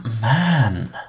man